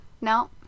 no